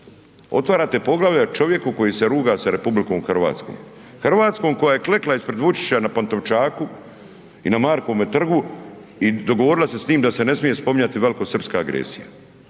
Otvarate poglavlja čovjeku koji se ruga s RH, Hrvatskom koja je klekla ispred Vučića na Pantovčaku i na Markovome trgu i dogovorila se njim da se ne smije spominjati velikosrpska agresija.